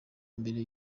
imbere